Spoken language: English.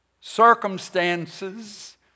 circumstances